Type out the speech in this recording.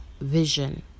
vision